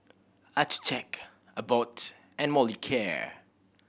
Accucheck Abbott and Molicare